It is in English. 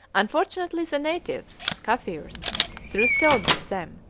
unfortunately the natives kafirs threw stones at them,